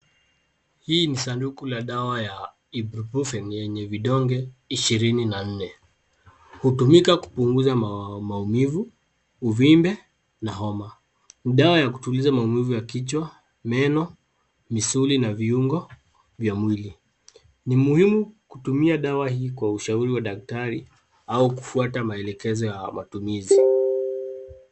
Hii ni sanduku la dawa ya ibuprofen yenye vidonge ishirini na nne. Hutumika kupunguza maumivu, uvimbe na homa. Ni dawa ya kutuliza maumivu ya kichwa, meno, misuli na viungo vya mwili. Ni muhimu kutumia dawa hii kwa ushauri wa daktari au kufuata maelekezo ya matumizi.